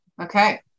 Okay